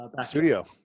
studio